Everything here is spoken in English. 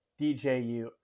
DJU